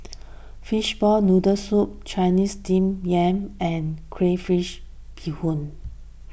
Fishball Noodle Soup Chinese Steamed Yam and Crayfish BeeHoon